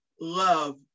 love